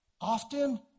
Often